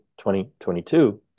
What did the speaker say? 2022